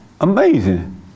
amazing